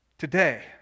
today